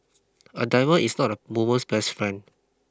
a diamond is not a woman's best friend